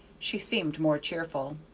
she seemed more cheerful.